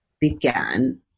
began